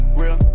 real